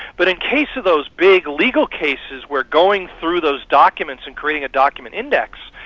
but in case of those big legal cases, where going through those documents and creating a document index,